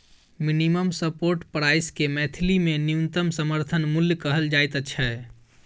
minimum support price के मैथिली मे न्यूनतम समर्थन मूल्य कहल जाइत छै